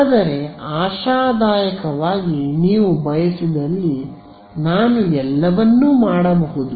ಆದರೆ ಆಶಾದಾಯಕವಾಗಿ ನೀವು ಬಯಸಿದಲ್ಲಿ ನಾನು ಎಲ್ಲವನ್ನೂ ಮಾಡಬಹುದು